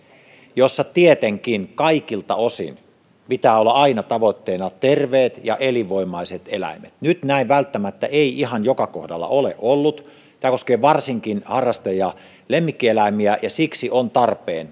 jossa tietenkin kaikilta osin pitää olla aina tavoitteena terveet ja elinvoimaiset eläimet nyt näin välttämättä ei ihan joka kohdalla ole ollut tämä koskee varsinkin harrastajien lemmikkieläimiä siksi meidän on tarpeen